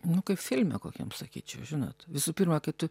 nu kaip filme kokiam sakyčiau žinot visų pirma kai tu